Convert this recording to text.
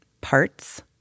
parts